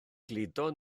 gludo